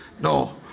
No